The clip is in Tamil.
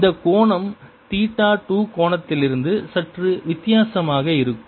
இந்த கோணம் தீட்டா 2 கோணத்திலிருந்து சற்று வித்தியாசமாக இருக்கும்